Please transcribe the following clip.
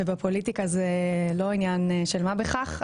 בפוליטיקה זה לא עניין של מה בכך,